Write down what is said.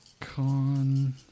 con